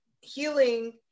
healing